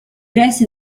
resti